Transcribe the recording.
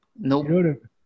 nope